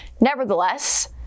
nevertheless